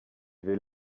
vais